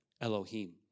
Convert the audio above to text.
Elohim